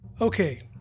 Okay